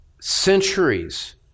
centuries